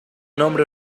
nombre